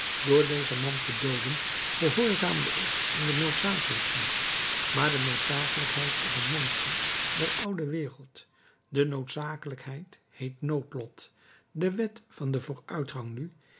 door dezen man te dooden gehoorzaamde ik aan de noodzakelijkheid maar de noodzakelijkheid is een monster der oude wereld de noodzakelijkheid heet noodlot de wet van den vooruitgang nu